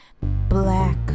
black